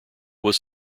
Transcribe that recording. was